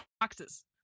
boxes